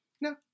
No